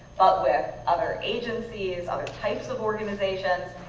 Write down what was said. but with other agencies, other types of organizations,